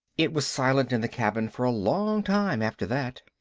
it was silent in the cabin for a long time after that.